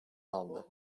aldı